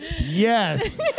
Yes